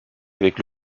avec